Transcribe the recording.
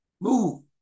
Move